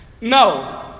no